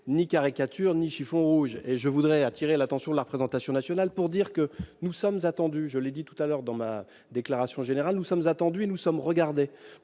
ni caricature, ni chiffon rouge ! Je voudrais attirer l'attention de la représentation nationale sur le fait que nous sommes attendus, je l'ai dit il y a quelques instants dans la discussion générale. Nous sommes attendus et nous sommes regardés.